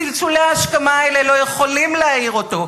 צלצולי ההשכמה האלה לא יכולים להעיר אותו,